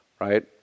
right